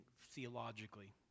theologically